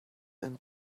and